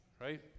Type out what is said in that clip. right